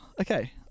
okay